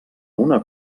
una